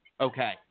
Okay